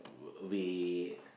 we